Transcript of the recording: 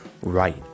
right